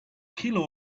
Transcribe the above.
kilo